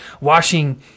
washing